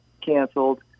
canceled